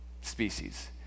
species